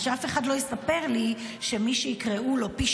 שאף אחד לא יספר לי שמי שיקראו לו פי